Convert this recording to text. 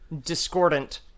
discordant